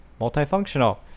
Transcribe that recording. multifunctional